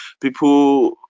People